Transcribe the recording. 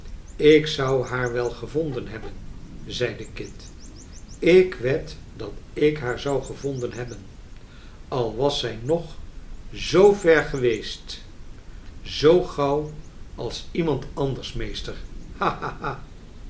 ik zou haar wel gevonden hebben zeide kit ik wed dat ik haar zou gevonden hebben al was zij nog zoo ver geweest zoo gauw als iemand anders meester ha